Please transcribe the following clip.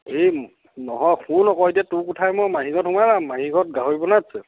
এই নহয় শুন আকৌ এতিয়া তোৰ কথাই মই মাহী ঘৰত সোমাম মাহী ঘৰত গাহৰি মাংস বনাই থৈছে